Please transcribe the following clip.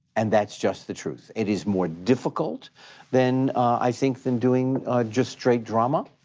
and that's just the truth. it is more difficult than i think than doing just straight drama,